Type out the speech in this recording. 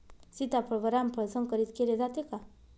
सीताफळ व रामफळ संकरित केले जाते का?